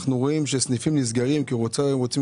אנחנו רואים שסניפים נסגרים כי כולם רוצים